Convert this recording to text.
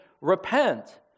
Repent